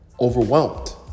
overwhelmed